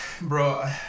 bro